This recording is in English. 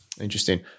Interesting